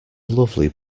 lovely